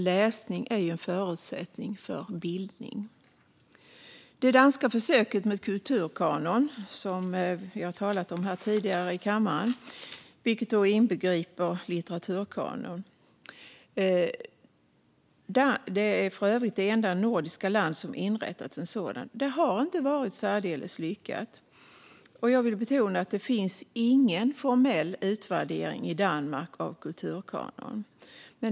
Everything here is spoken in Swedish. Läsning är ju en förutsättning för bildning. Det danska försöket med kulturkanon har vi talat om tidigare här i kammaren; det inbegriper en litteraturkanon. Danmark är för övrigt det enda nordiska land som inrättat en sådan. Försöket har inte varit särdeles lyckat. Jag vill betona att det inte gjorts någon formell utvärdering av kulturkanon i Danmark.